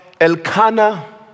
Elkanah